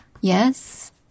yes